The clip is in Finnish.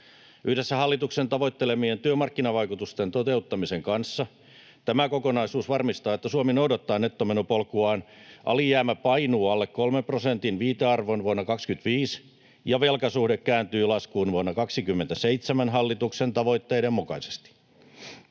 Yhdessä hallituksen tavoittelemien työmarkkinavaikutusten toteuttamisen kanssa tämä kokonaisuus varmistaa, että Suomi noudattaa nettomenopolkuaan: alijäämä painuu alle kolmen prosentin viitearvon vuonna 25 ja velkasuhde kääntyy laskuun vuonna 27 hallituksen tavoitteiden mukaisesti.